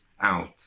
out